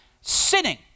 sinning